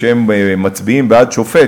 כשהם מצביעים בעד שופט,